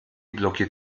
blockiert